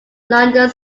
london